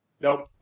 Nope